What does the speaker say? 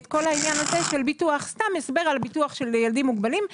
סתם מהסבר על ביטוח של ילדים מוגבלים,